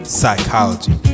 psychology